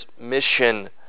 mission